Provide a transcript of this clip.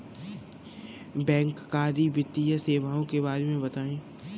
बैंककारी वित्तीय सेवाओं के बारे में बताएँ?